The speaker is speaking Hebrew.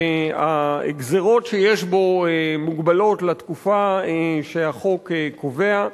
והגזירות שיש בו מוגבלות לתקופה שהחוק קובע,